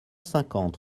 cinquante